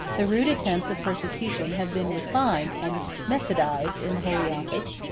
the rude attempts of persecution have been refined and methodized in the holy office,